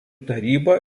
taryba